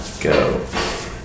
go